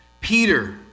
Peter